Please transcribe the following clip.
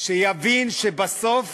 שיבין שבסוף